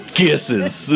kisses